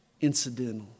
incidental